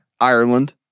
Ireland